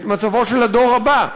את מצבו של הדור הבא,